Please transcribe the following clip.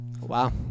Wow